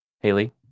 Haley